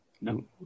No